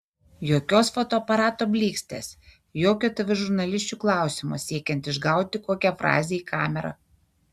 jokios fotoaparato blykstės jokio tv žurnalisčių klausimo siekiant išgauti kokią frazę į kamerą